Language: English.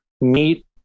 meet